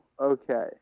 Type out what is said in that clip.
Okay